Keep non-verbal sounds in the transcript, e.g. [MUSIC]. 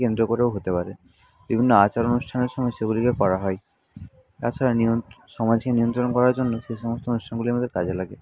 কেন্দ্র করেও হতে পারে বিভিন্ন আচার অনুষ্ঠানের সময় সেগুলিকে করা হয় তাছাড়া [UNINTELLIGIBLE] সমাজকে নিয়ন্ত্রণ করার জন্য সেসমস্ত অনুষ্ঠানগুলি আমাদের কাজে লাগে